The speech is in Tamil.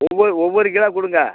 ஒவ்வொரு ஒவ்வொரு கிலோ கொடுங்க